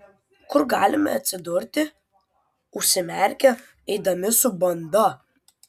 kur galime atsidurti užsimerkę eidami su banda